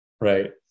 right